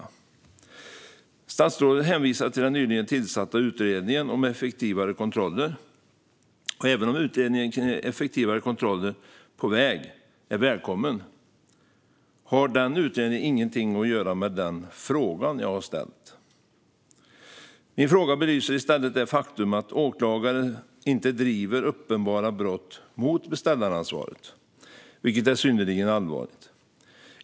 Statsrådet hänvisar till den nyligen tillsatta utredningen om effektivare kontroller. Även om utredningen av effektivare kontroller av yrkestrafik på väg är välkommen har den utredningen ingenting att göra med den fråga jag har ställt. Min fråga belyser i stället det faktum att åklagare inte driver uppenbara brott mot beställaransvaret, vilket är synnerligen allvarligt.